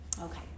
Okay